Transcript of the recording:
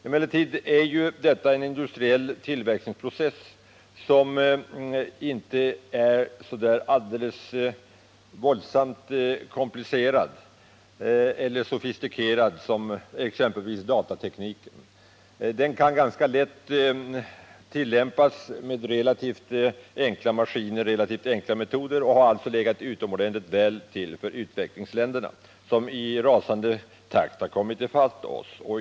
Emellertid är tekoindustrins tillverkningsprocess inte så våldsamt komplicerad och sofistikerad som exempelvis datateknikens. Den kan ganska lätt klaras med relativt enkla maskiner och metoder och har alltså legat utomordentligt väl till för utvecklingsländerna, som i rasande takt har kommit i fatt oss.